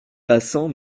passants